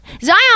Zion